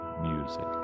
music